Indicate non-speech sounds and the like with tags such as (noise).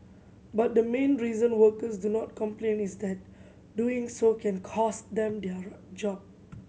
but the main reason workers do not complain is that doing so can cost them their (unintelligible) job